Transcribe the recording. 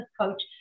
coach